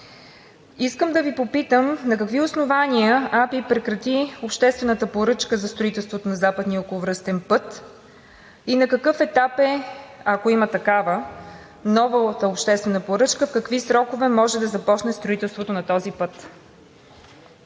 Искам да Ви попитам: на какви основания АПИ прекрати обществената поръчка за строителството на Западния околовръстен път? На какъв етап е, ако има такава нова обществена поръчка? В какви срокове може да започне строителството на този път?